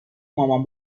مامان